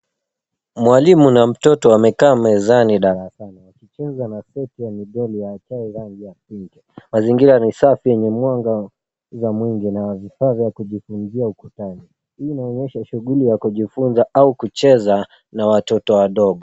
Mwalimu na mtoto wamekaa mezani darasani. Mwanafunzi ameketi ya chai au vya asali. Mazingira yana usafi yenye mwanga za mwingi na vifaa vya kujifunzia ukutani. Hii inaonyesha shughuli ya kujifunza au kucheza na watoto wadogo.